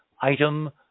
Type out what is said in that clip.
item